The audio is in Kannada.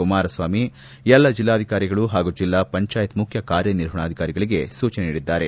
ಕುಮಾರಸ್ವಾಮಿ ಎಲ್ಲ ಜಿಲ್ಲಾಧಿಕಾರಿಗಳು ಹಾಗೂ ಜಿಲ್ಲಾ ಪಂಚಾಯತ್ ಮುಖ್ಯ ಕಾರ್ಯನಿರ್ವಹಣಾಧಿಕಾರಿಗಳಿಗೆ ಸೂಚನೆ ನೀಡಿದ್ದಾರೆ